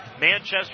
Manchester